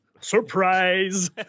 surprise